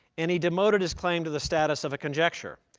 and he demoted his claim to the status of a conjecture.